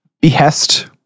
Behest